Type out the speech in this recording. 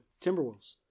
Timberwolves